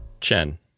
Chen